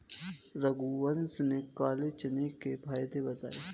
रघुवंश ने काले चने के फ़ायदे बताएँ